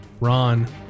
Ron